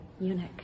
eunuch